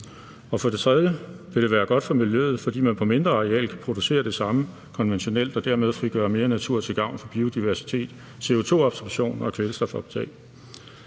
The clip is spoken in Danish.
For det tredje vil det være godt for miljøet, fordi man på et mindre areal kan producere det samme konventionelt og dermed frigøre mere natur til gavn for biodiversitet, CO2-absorbering og kvælstofoptag.